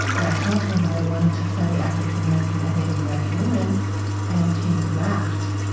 and i told him that i wanted to study african-american and native american women and he laughed